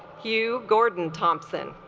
hugh gordon thompson